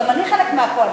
גם אני חלק מהקואליציה,